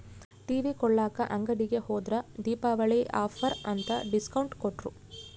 TV ಕೊಳ್ಳಾಕ ಅಂಗಡಿಗೆ ಹೋದ್ರ ದೀಪಾವಳಿ ಆಫರ್ ಅಂತ ಡಿಸ್ಕೌಂಟ್ ಕೊಟ್ರು